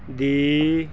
ਦੀ